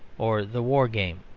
or the war game.